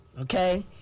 Okay